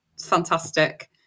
fantastic